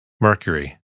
Mercury